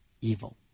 evil